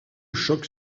choc